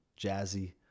jazzy